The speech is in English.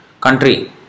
country